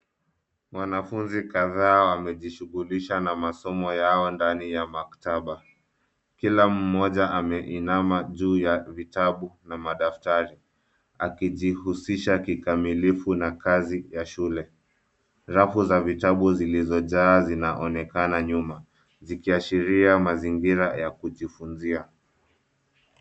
Wanafunzi kadhaa wamejishughulisha na masomo yao ndani ya maktaba. Kila mmoja ameinama juu ya vitabu na madaftari akijihusisha kikamilifu na kazi ya shule. Rafu za vitabu zilizojaa zinaonekana nyuma zikiashiria mazingira ya kujifunzia.